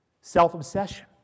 Self-obsession